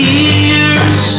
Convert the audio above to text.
ears